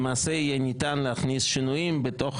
למעשה ניתן יהיה להכניס שינויים בתוך